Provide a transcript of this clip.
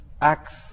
acts